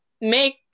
make